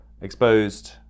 exposed